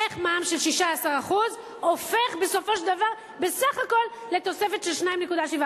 איך מע"מ של 16% הופך בסופו של דבר בסך הכול לתוספת של 2.7%?